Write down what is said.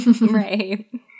Right